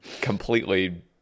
completely